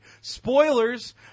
Spoilers